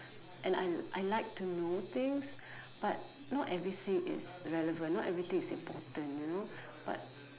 and un~ I like to know things but not everything is relevant not everything is important you know but